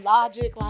Logic